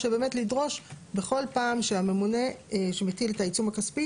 או שבאמת לדרוש בכל פעם שהממונה שמטיל את העיצום הכספי